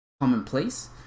commonplace